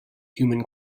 human